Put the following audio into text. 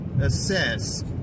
assess